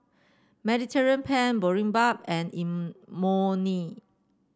Mediterranean Penne Boribap and Imoni